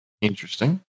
Interesting